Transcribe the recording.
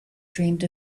dreamed